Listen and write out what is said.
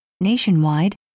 nationwide